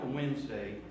Wednesday